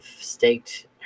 staked